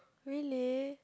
really